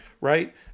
right